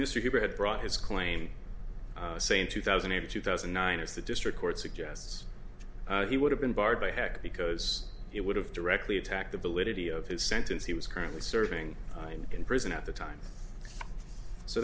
mr cooper had brought his claim say in two thousand and two thousand and nine as the district court suggests he would have been barred by heck because it would have directly attacked the validity of his sentence he was currently serving time in prison at the time so